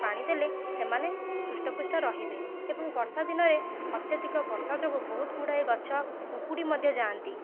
ପାଣି ଦେଲେ ସେମାନେ ହୃଷ୍ଟ ପୁଷ୍ଟ ରହିବେ ଏବଂ ବର୍ଷା ଦିନରେ ଅତ୍ୟଧିକ ବର୍ଷା ଯୋଗୁ ବହୁତ ଗୁଡ଼ାଏ ଗଛ ଉପୁଡ଼ି ମଧ୍ୟ ଯାଆନ୍ତି